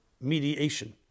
Mediation